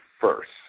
first